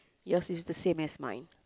yours is the same as mine